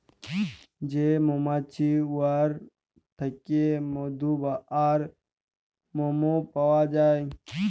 যে মমাছি উয়ার থ্যাইকে মধু আর মমও পাউয়া যায়